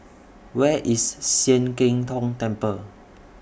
Where IS Sian Keng Tong Temple